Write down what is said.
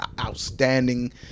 outstanding